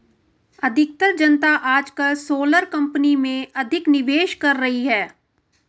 अधिकतर जनता आजकल सोलर कंपनी में अधिक निवेश कर रही है